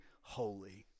holy